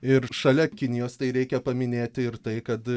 ir šalia kinijos tai reikia paminėti ir tai kad